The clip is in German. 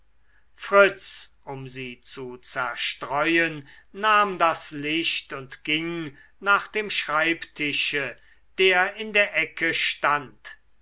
fritz um sie zu zerstreuen nahm das licht und ging nach dem schreibtische der in der ecke stand